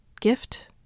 gift